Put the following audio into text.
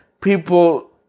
people